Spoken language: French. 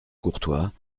courtois